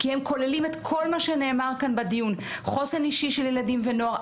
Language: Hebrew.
כי הם כוללים את כל מה שנאמר כאן בדיון: חוסן אישי של ילדים ונוער,